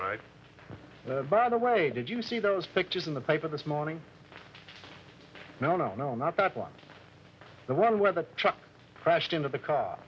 right by the way did you see those pictures in the paper this morning no no no not that one the one where the truck crashed into the car